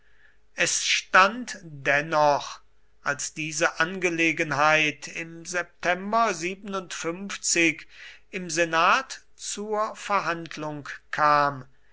es stand dennoch als diese angelegenheit im september im senat zur verhandlung kam